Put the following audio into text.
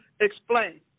explain